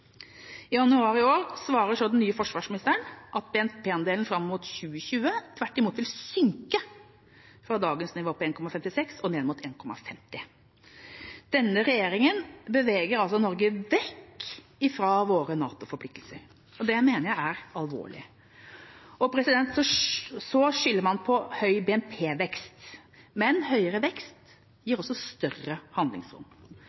I januar i år svarer så den nye forsvarsministeren at BNP-andelen fram mot 2020 tvert imot vil synke fra dagens nivå på 1,56 pst. og ned mot 1,5 pst. Denne regjeringa beveger altså Norge vekk fra våre NATO-forpliktelser. Det mener jeg er alvorlig. Og så skylder man på høy BNP-vekst. Men høyere vekst